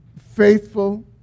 faithful